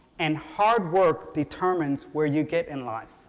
and hard-work determines where you get in life.